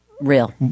real